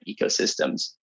ecosystems